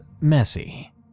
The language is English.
messy